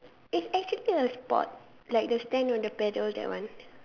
it's actually a sport like the stand on the paddle that one